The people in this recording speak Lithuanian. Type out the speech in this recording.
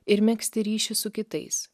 ir megzti ryšį su kitais